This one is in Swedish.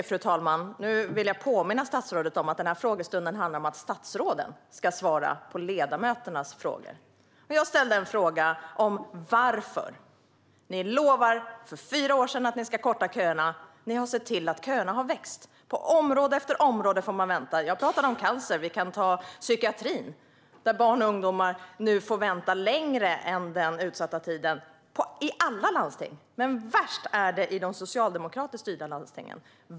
Fru talman! Jag vill påminna statsrådet om att frågestunden handlar om att statsråden ska svara på ledamöternas frågor. Jag ställde en fråga om varför ni för fyra år sedan lovade att ni skulle korta köerna men har sett till att köerna har vuxit. På område efter område får man vänta. Jag talade om cancer, och vi kan ta psykiatrin, där barn och ungdomar nu får vänta längre än den utsatta tiden i alla landsting, men värst är det i de socialdemokratiskt styrda landstingen.